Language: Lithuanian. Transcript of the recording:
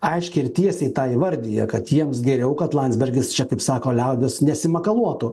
aiškiai ir tiesiai tą įvardija kad jiems geriau kad landsbergis čia taip sako liaudis nesimakaluotų